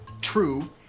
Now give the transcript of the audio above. True